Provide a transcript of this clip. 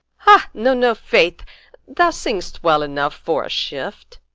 ha, no, no, faith thou singest well enough for a shift.